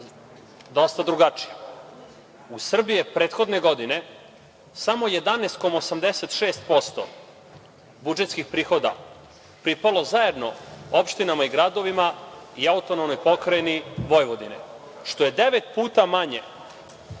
dosta drugačija. U Srbiji je prethodne godine samo 11,86% budžetskih prihoda pripalo zajedno opštinama i gradovima i AP Vojvodine, što je devet puta manje